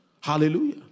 Hallelujah